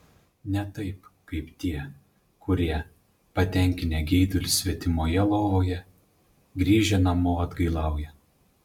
ne taip kaip tie kurie patenkinę geidulius svetimoje lovoje grįžę namo atgailauja